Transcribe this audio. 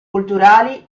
culturali